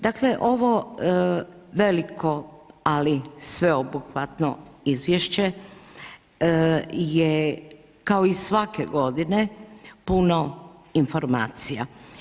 Dakle, ovo veliko, ali sveobuhvatno izvješće je kao i svake godine, puno informacija.